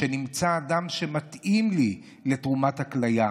שנמצא אדם שמתאים לי לתרומת הכליה,